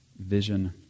vision